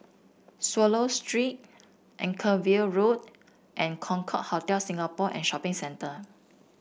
Swallow Street Anchorvale Road and Concorde Hotel Singapore and Shopping Centre